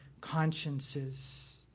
consciences